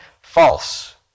false